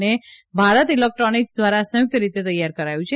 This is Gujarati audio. અને ભારત ઇલેક્ટ્રોનિક્સ દ્વારા સંયુક્ત રીતે તૈથાર કરાયું છે